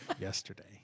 yesterday